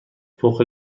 فوق